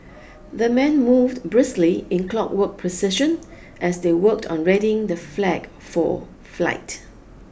the men moved briskly in clockwork precision as they worked on readying the flag for flight